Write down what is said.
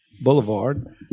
Boulevard